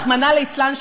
רחמנא ליצלן,